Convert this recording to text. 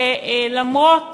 שגם אם ראש